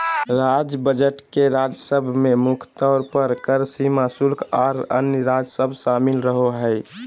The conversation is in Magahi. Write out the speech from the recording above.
राज्य बजट के राजस्व में मुख्य तौर पर कर, सीमा शुल्क, आर अन्य राजस्व शामिल रहो हय